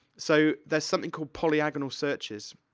so, there's something called polyagonal searches.